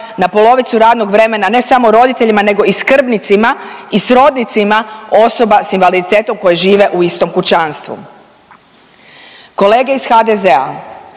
na polovicu radnog vremena, ne samo roditeljima nego i skrbnicima i srodnicima osoba s invaliditetom koje žive u istom kućanstvu. Kolege iz HDZ-a,